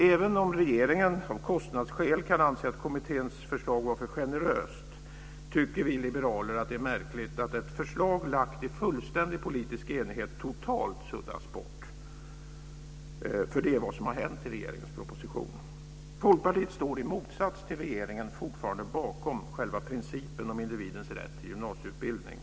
Även om regeringen av kostnadsskäl kan anse att kommitténs förslag var för generöst, tycker vi liberaler att det är märkligt att ett förslag lagt i fullständig politisk enighet totalt suddas bort. Det är vad som har hänt i regeringens proposition. Folkpartiet står, i motsats till regeringen, fortfarande bakom principen om individens rätt till gymnasieutbildning.